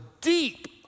deep